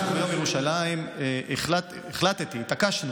ביום ירושלים החלטתי, התעקשנו,